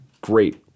great